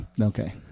Okay